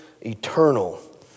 eternal